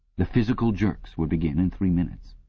the physical jerks would begin in three minutes.